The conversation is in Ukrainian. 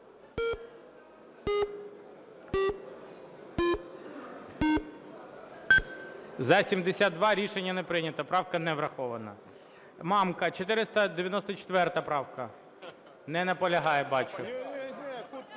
За-72 Рішення не прийнято. Правка не врахована. Мамка, 494 правка. Не наполягаю, бачу.